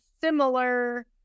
similar